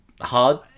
Hard